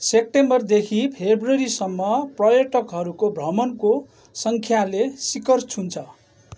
सेप्टेम्बरदेखि फरवरीसम्म पर्यटकहरूको भ्रमणको सङ्ख्याले सिखर छुन्छ